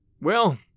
Well